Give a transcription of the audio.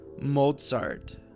Mozart